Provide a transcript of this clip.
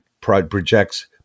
projects